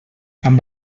amb